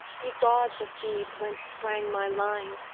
ye gods of thebes whence sprang my line,